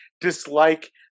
dislike